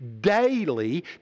daily